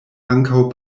ankaŭ